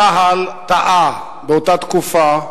צה"ל טעה באותה תקופה,